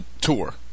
tour